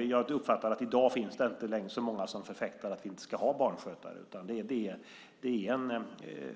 Jag har uppfattat att det i dag inte finns så många som förfäktar att vi inte ska ha barnskötare, utan det är en